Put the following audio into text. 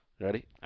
Ready